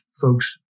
folks